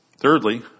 Thirdly